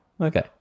Okay